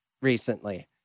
recently